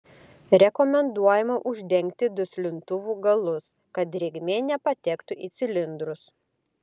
rekomenduojama uždengti duslintuvų galus kad drėgmė nepatektų į cilindrus